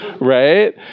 right